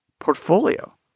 Portfolio